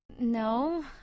No